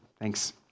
Thanks